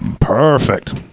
perfect